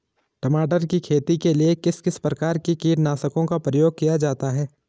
टमाटर की खेती के लिए किस किस प्रकार के कीटनाशकों का प्रयोग किया जाता है?